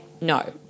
No